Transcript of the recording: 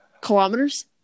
kilometers